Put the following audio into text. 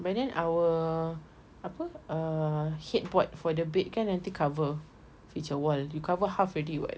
but then our apa err headboard for the bed kan nanti cover feature wall you cover half already [what]